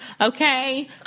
okay